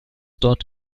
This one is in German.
dort